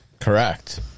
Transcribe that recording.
Correct